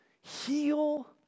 heal